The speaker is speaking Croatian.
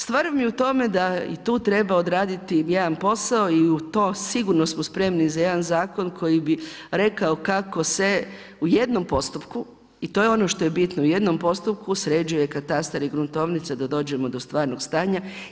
Stvar vam je u tome da i tu treba odraditi jedan posao i u to sigurno smo spremni za jedan zakon koji bi rekao kako se u jednom postupku i to je ono što je bitno, u jednom postupku sređuje katastar i gruntovnica da dođemo do stvarnog stanja.